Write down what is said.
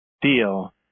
deal